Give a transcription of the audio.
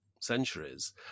centuries